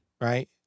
right